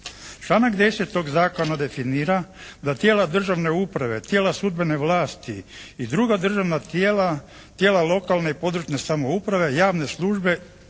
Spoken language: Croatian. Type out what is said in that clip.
Članak 10. tog zakona definira da tijela državne uprave, tijela sudbene vlasti i druga državna tijela, tijela lokalne i područne samouprave, javne službe,